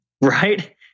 Right